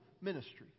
ministry